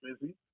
busy